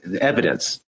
evidence